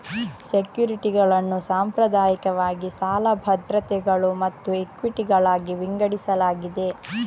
ಸೆಕ್ಯುರಿಟಿಗಳನ್ನು ಸಾಂಪ್ರದಾಯಿಕವಾಗಿ ಸಾಲ ಭದ್ರತೆಗಳು ಮತ್ತು ಇಕ್ವಿಟಿಗಳಾಗಿ ವಿಂಗಡಿಸಲಾಗಿದೆ